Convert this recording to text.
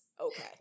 Okay